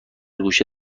گوشه